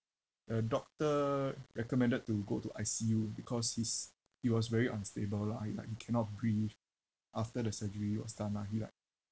uh doctor recommended to go to I_C_U because he's he was very unstable lah he like he cannot breathe after the surgery was done lah he like